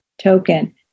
token